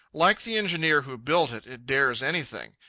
like the engineer who built it, it dares anything.